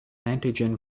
antigen